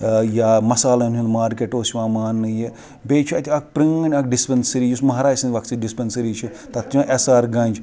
یا مَسالَن ہُنٛد مارکیٹ اوس یِوان ماننہٕ یہِ بیٚیہِ چھِ اَکھ پرٲنۍ اَکھ ڈِسپینسٕری یُس مَہراج سٕنٛزۍ وَقتہٕ چھِ تَتھ چھِ وَنان ایس آر گَنٛج